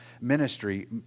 ministry